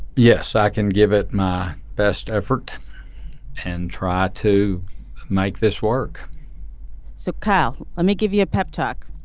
yes i can give it my best effort and try to make this work so kyle let me give you a pep talk.